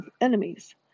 enemies